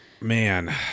Man